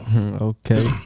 Okay